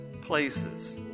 places